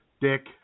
Dick